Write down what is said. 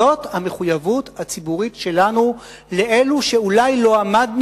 זו המחויבות הציבורית שלנו לאלה שאולי לא עמדנו